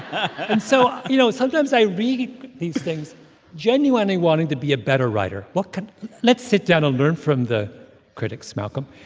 so, you know, sometimes i read these things genuinely wanting to be a better writer. what can let's sit down and learn from the critics, malcolm.